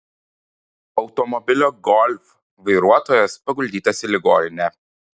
automobilio golf vairuotojas paguldytas į ligoninę